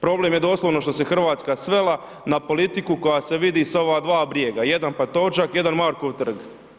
Problem je doslovno što se Hrvatska svela na politiku koja se vidi sa ova dva brijega, jedan Pantovčak, jedan Markov trg.